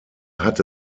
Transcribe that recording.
hatte